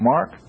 Mark